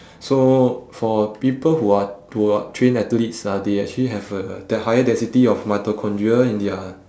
so for people who are who are trained athletes ah they actually have a d~ higher density of mitochondria in their